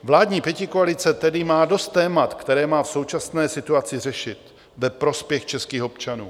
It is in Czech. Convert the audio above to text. Vládní pětikoalice tedy má dost témat, která má v současné situaci řešit ve prospěch českých občanů.